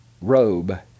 robe